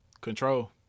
control